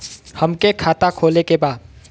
हमके खाता खोले के बा?